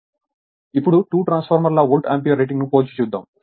ఇప్పుడు 2 ట్రాన్స్ఫార్మర్ల volt ampere రేటింగ్ను పోల్చి చూద్దాం